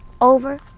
over